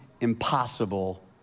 impossible